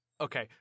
okay